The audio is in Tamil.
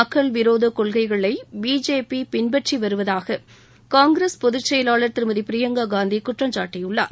மக்கள் விரோத கொள்கைகளை பிஜேபி பின்பற்றி வருவதாக காங்கிரஸ் பொதுச் செயலாளர் திருமதி பிரியங்கா காந்தி குற்றம் சாட்டியுள்ளார்